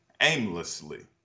aimlessly